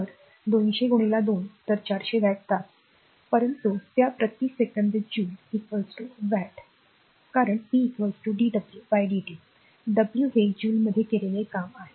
तर 200 2 तर 400 वॅट तास परंतु त्या प्रति सेकंद जॉल वॅट कारण p dwdt w हे जूलमध्ये केलेले काम आहे